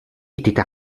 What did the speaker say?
étaient